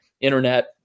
internet